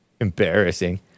Embarrassing